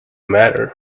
matter